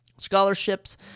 Scholarships